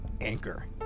Anchor